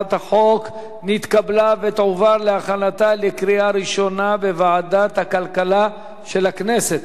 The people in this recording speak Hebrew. הצעת החוק נתקבלה ותועבר להכנתה לקריאה ראשונה בוועדת הכלכלה של הכנסת.